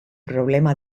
problema